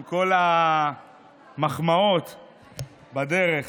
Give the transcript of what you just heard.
עם כל המחמאות בדרך.